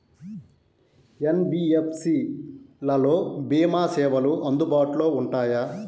NBFC లలో భీమా సేవలు అందుబాటులో ఉంటాయా?